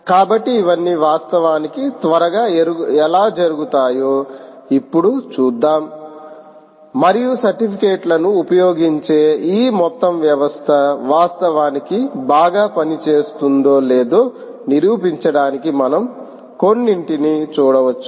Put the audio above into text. కాబట్టి ఇవన్నీ వాస్తవానికి త్వరగా ఎలా జరుగుతాయో ఇప్పుడు చూద్దాం మరియు సర్టిఫికేట్ లను ఉపయోగించే ఈ మొత్తం వ్యవస్థ వాస్తవానికి బాగా పనిచేస్తుందో లేదో నిరూపించడానికి మనము కొన్నింటిని చూడవచ్చు